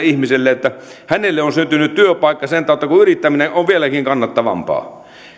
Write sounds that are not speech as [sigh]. [unintelligible] ihmiselle että hänelle on syntynyt työpaikka sen tautta että yrittäminen on vieläkin kannattavampaa